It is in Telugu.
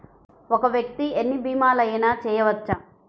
ఒక్క వ్యక్తి ఎన్ని భీమలయినా చేయవచ్చా?